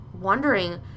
wondering